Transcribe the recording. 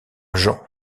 jean